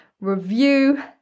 Review